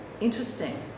Interesting